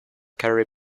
carry